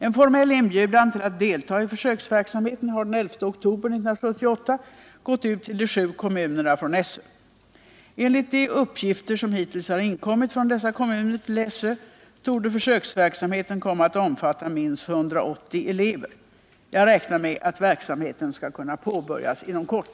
En formell inbjudan till att delta i försöksverksamheten har den 11 oktober 1978 gått ut tillde sju kommunerna från SÖ. Enligt de uppgifter som hittills har inkommit från dessa kommuner till SÖ torde försöksverksamheten komma att omfatta minst 180 elever. Jag räknar med att verksamheten skall kunna påbörjas inom kort.